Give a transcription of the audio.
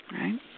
right